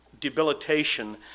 debilitation